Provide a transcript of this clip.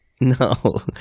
no